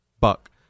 buck